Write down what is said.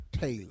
Taylor